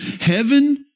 Heaven